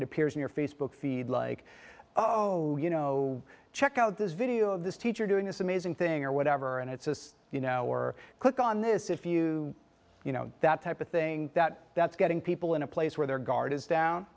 it appears in your facebook feed like oh you know check out this video of this teacher doing this amazing thing or whatever and it's this you know or click on this if you you know that type of thing that that's getting people in a place where their guard is down